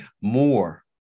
more